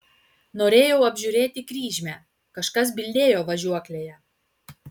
norėjau apžiūrėti kryžmę kažkas bildėjo važiuoklėje